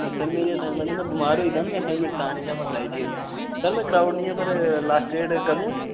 ओह् सर मेरी असाइनमैंट में बमार होई दा ना में असाइनमैंट तां निं जमा कराई दी ऐ सर में कराई ओड़नी ऐ पर लास्ट डेट कदूं ऐ